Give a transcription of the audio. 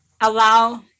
allow